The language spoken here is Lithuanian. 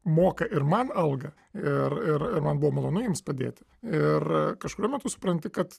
moka ir man algą ir ir ir man buvo malonu jiems padėti ir kažkuriuo metu supranti kad